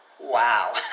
Wow